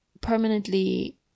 permanently